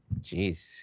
Jeez